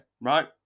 right